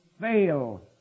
fail